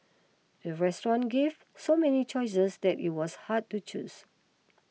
the restaurant gave so many choices that it was hard to choose